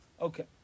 Okay